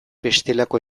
bestelako